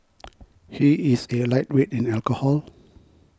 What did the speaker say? he is a lightweight in alcohol